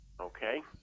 Okay